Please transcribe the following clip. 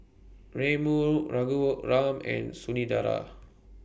Renu Raghuram and Sundaraiah